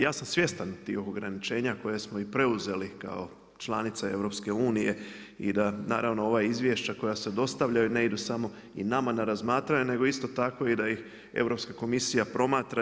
Ja sam svjestan tih ograničenja koje smo i preuzeli kao članica EU i da naravno ova izvješća koja se dostavljaju ne idu samo i nama na razmatranje, nego isto tako da ih i Europska komisija promatra.